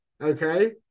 okay